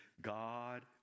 God